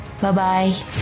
Bye-bye